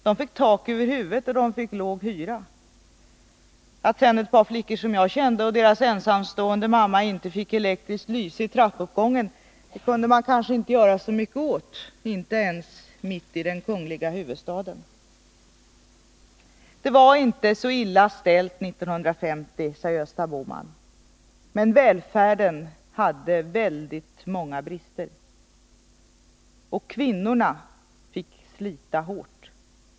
De fick tak över huvudet och låg hyra. Att sedan ett par flickor som jag kände och deras ensamstående mamma inte fick elektriskt lyse i trappuppgången kunde man kanske inte göra så mycket åt, inte ens mitt i den kungliga huvudstaden. Det var inte så illa ställt 1950, sade Gösta Bohman. Men välfärden hade väldigt många brister. Och kvinnorna fick slita hårt.